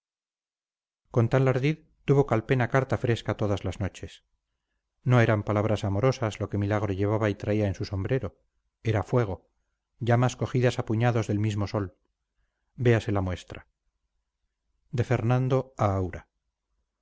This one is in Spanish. tal ardid tuvo calpena carta fresca todas las noches no eran palabras amorosas lo que milagro llevaba y traía en su sombrero era fuego llamas cogidas a puñados del mismo sol véase la muestra de fernando a aura